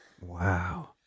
Wow